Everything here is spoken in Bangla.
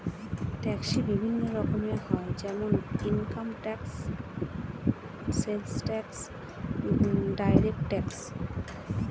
ট্যাক্স বিভিন্ন রকমের হয় যেমন income tax, sales tax, direct tax